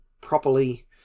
properly